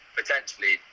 potentially